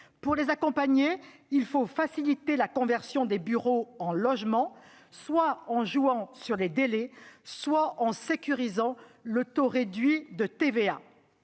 Pour les accompagner, il est nécessaire de faciliter la conversion des bureaux en logements, soit en jouant sur les délais, soit en sécurisant le taux réduit de TVA.